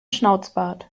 schnauzbart